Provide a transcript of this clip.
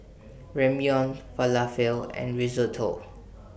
Ramyeon Falafel and Risotto